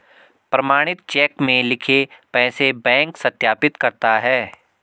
प्रमाणित चेक में लिखे पैसे बैंक सत्यापित करता है